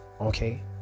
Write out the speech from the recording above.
Okay